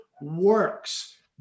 works